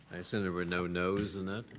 i assume there were no no's in that?